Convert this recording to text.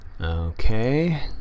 Okay